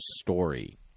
Story